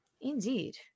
Indeed